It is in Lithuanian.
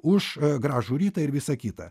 už gražų rytą ir visa kita